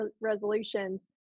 resolutions